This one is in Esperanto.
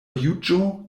juĝo